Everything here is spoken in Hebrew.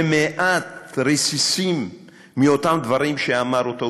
ומעט רסיסים מאותם דברים שאמר אותו